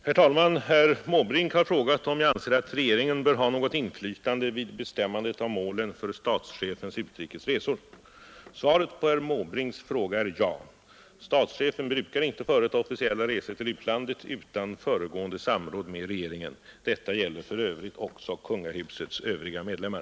Herr talman! Herr Måbrink har frågat om jag anser att regeringen bör ha något inflytande vid bestämmandet av målen för statschefens utrikes resor. Svaret på herr Måbrinks fråga är ja. Statschefen brukar inte företa officiella resor till utlandet utan föregående samråd med regeringen. Detta gäller för övrigt också kungahusets övriga medlemmar.